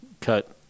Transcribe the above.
Cut